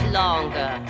longer